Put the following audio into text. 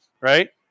right